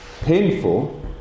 painful